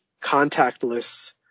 contactless